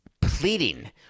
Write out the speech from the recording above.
pleading